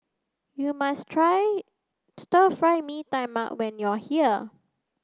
you must try stir fry mee tai mak when you are here